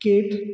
केंत